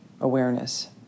awareness